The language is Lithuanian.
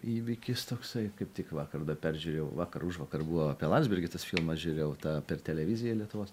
įvykis toksai kaip tik vakar dar peržiūrėjau vakar užvakar buvo apie landsbergį tas filmas žiūrėjau tą per televiziją lietuvos